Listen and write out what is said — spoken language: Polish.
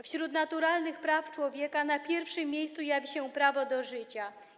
Wśród naturalnych praw człowieka na pierwszym miejscu jawi się prawo do życia.